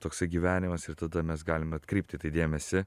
toksai gyvenimas ir tada mes galim atkreipt į tai dėmesį